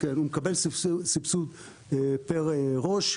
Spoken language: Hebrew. הוא מקבל סבסוד פר ראש.